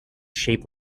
shaped